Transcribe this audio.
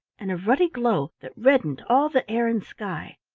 and a ruddy glow that reddened all the air and sky.